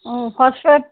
ও phosphate